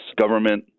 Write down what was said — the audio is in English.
government